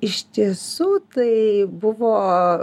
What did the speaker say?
iš tiesų tai buvo